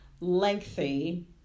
lengthy